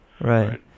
Right